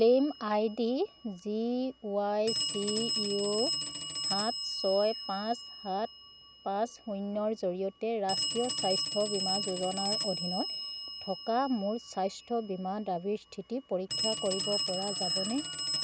claim I D G Y C U সাত ছয় পাঁচ সাত পাঁচ শূন্যৰ জৰিয়তে ৰাষ্ট্ৰীয় স্বাস্থ্য বীমা যোজনাৰ অধীনত থকা মোৰ স্বাস্থ্য বীমা দাবীৰ স্থিতি পৰীক্ষা কৰিব পৰা যাবনে